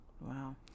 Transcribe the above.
wow